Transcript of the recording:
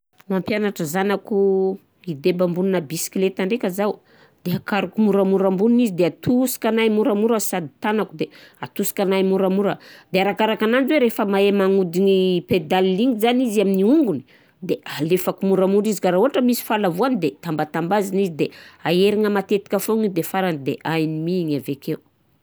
Mampianatra zanako idebo ambonina bisikileta ndraika zaho de akariko moramora ambony izy de atosikanahy moramora sady tànako de atosikanahy moramora de arakarakananjy hoe rehefa mahay magnodigny pédale igny zany izy amin'ny hongony de alefako moramora izy ka raha ôhatra misy fahalavoany de tambatambazana izy de aherigna matetika foana de farany de haigny mi igny avekeo.